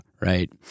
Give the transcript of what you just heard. Right